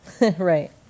Right